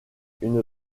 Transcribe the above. une